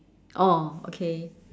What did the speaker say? oh okay